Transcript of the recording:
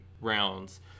rounds